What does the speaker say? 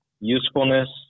usefulness